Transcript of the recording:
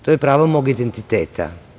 To je pravo mog identiteta.